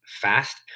Fast